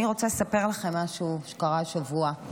אני רוצה לספר לכם משהו שקרה השבוע,